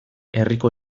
herriko